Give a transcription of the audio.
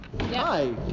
Hi